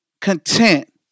content